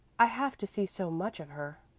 i have to see so much of her.